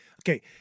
okay